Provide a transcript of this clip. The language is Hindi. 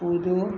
कूदो